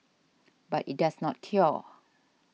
but it does not cure